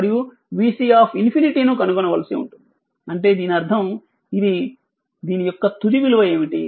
మరియు vC∞ ను కనుగొనవలసి ఉంది అంటే దీని అర్థం దీని యొక్క తుది విలువ ఏమిటి